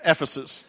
Ephesus